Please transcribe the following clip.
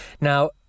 Now